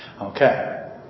Okay